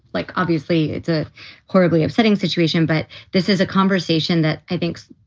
like, obviously it's a horribly upsetting situation. but this is a conversation that i think,